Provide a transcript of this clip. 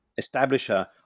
establisher